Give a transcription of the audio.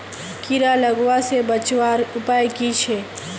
कीड़ा लगवा से बचवार उपाय की छे?